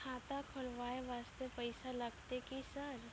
खाता खोलबाय वास्ते पैसो लगते की सर?